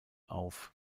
auf